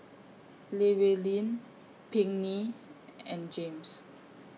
Llewellyn Pinkney and James